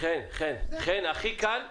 חן, הכי קל -- אדוני,